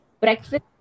breakfast